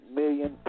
million